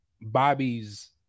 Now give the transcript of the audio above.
Bobby's